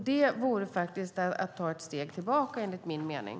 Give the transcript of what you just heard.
Det vore att ta ett steg tillbaka enligt min mening.